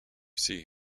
see